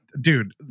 Dude